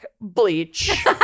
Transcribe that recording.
bleach